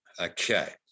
okay